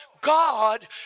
God